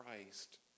Christ